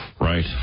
Right